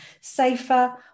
safer